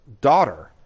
daughter